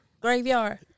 graveyard